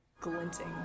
glinting